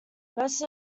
most